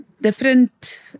different